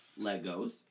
Legos